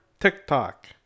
TikTok